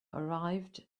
arrived